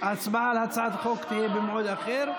ההצבעה על הצעת החוק תהיה במועד אחר.